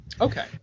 okay